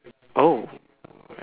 oh